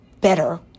better